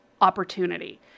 opportunity